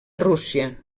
rússia